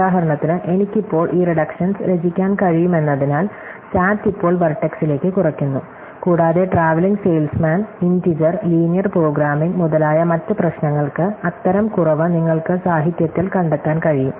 ഉദാഹരണത്തിന് എനിക്ക് ഇപ്പോൾ ഈ റിഡക്ഷൻസ് രചിക്കാൻ കഴിയുമെന്നതിനാൽ സാറ്റ് ഇപ്പോൾ വെർട്ടെക്സിലേക്ക് കുറയ്ക്കുന്നു കൂടാതെ travelling salesman integer linear programming മുതലായ മറ്റ് പ്രശ്നങ്ങൾക്ക് അത്തരം കുറവ് നിങ്ങൾക്ക് സാഹിത്യത്തിൽ കണ്ടെത്താൻ കഴിയും